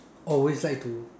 always like to